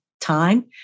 time